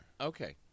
Okay